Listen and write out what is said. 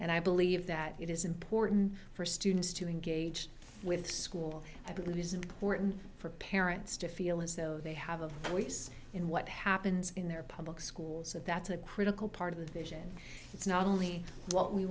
and i believe that it is important for students to engage with school i believe is important for parents to feel as though they have a choice in what happens in their public schools and that's a critical part of the vision it's not only what we